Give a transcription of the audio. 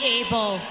able